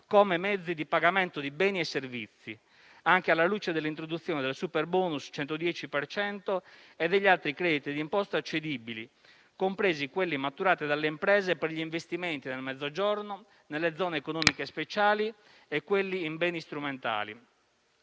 come mezzi di pagamento di beni e servizi, anche alla luce dell'introduzione del superbonus 110 per cento e degli altri crediti d'imposta cedibili, compresi quelli maturati dalle imprese per gli investimenti nel Mezzogiorno, nelle zone economiche speciali e quelli in beni strumentali.